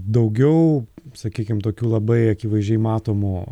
daugiau sakykim tokių labai akivaizdžiai matomų